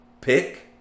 pick